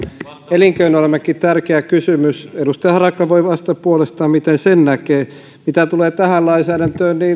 elinkeinoelämällekin tärkeä kysymys edustaja harakka voi vastata puolestaan miten sen näkee mitä tule tähän lainsäädäntöön niin